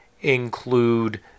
include